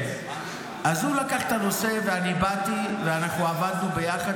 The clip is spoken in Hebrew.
הוא הקים ועדה לצדק חלוקתי.